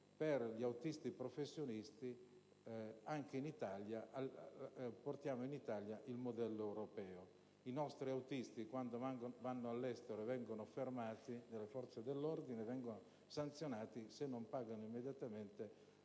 per gli autisti professionisti al modello europeo: i nostri autisti, quando sono all'estero, se vengono fermati dalle forze dell'ordine, vengono sanzionati e se non pagano immediatamente,